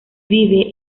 vive